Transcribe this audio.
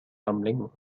rumbling